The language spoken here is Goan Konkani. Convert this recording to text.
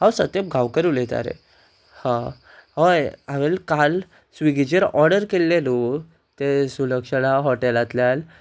हांव सत्यम गांवकर उलयतां रे हां हय हांवेन काल स्विगीचेर ऑर्डर केल्लें न्हू ते सुलक्षणा हॉटेलांतल्यान